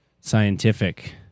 scientific